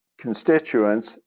constituents